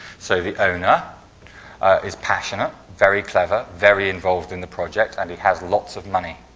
so, the owner is passionate, very clever, very involved in the project, and he has lots of money.